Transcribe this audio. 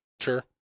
Sure